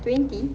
twenty